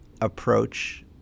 approach